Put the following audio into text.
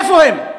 איפה הם?